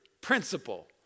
principle